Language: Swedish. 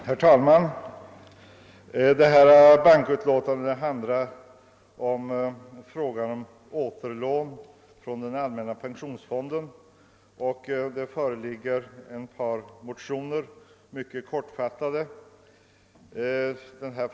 Herr talman! Förevarande utlåtande från bankoutskottet behandlar frågan om återlån från allmänna pensionsfonden. Det har väckts ett par mycket kort fattade motioner i ärendet.